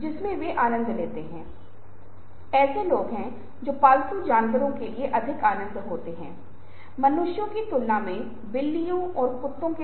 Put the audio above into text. और ये ऐसे सवाल हैं जिनका हम जवाब दे सकते हैं जैसा कि हम आगे बढ़ते हैं